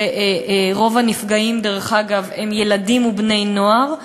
ורוב הנפגעים, דרך אגב, הם ילדים ובני-נוער.